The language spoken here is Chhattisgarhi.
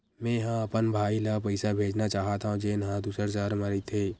मेंहा अपन भाई ला पइसा भेजना चाहत हव, जेन हा दूसर शहर मा रहिथे